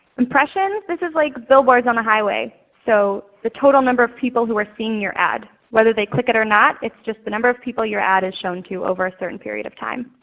impressions, this is like billboards on a highway. so the total number of people who are seeing your ad whether they click it or not, it's just the number of people your ad is shown to over a certain period of time.